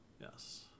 yes